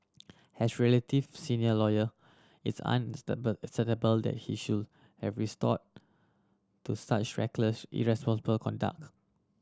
as relative senior lawyer it's that he should have resorted to such reckless irresponsible conduct